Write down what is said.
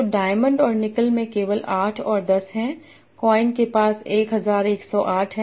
तो डायमंड और निकल में केवल 8 और 10 हैं कॉइन के पास 1108 है